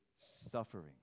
suffering